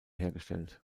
hergestellt